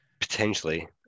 potentially